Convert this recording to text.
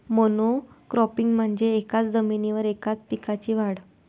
monocropping म्हणजे एकाच जमिनीवर एकाच पिकाची वाढ